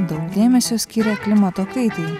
daug dėmesio skiria klimato kaitai